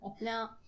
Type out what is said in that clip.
Now